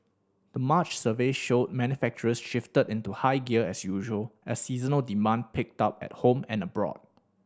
the March survey showed manufacturers shifted into higher gear as usual as seasonal demand picked up at home and abroad